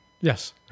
Yes